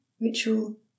ritual